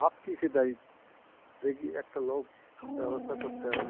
ভাবছি সেটাই দেখি একটা লোক ব্যবস্থা করতে হবে